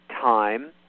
time